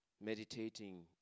meditating